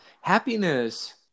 Happiness